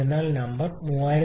ഇത് നമ്പർ 3266